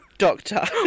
doctor